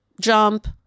jump